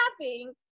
laughing